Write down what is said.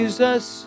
Jesus